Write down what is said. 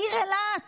העיר אילת